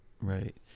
Right